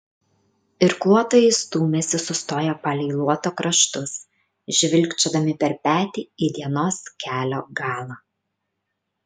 irkluotojai stūmėsi sustoję palei luoto kraštus žvilgčiodami per petį į dienos kelio galą